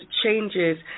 changes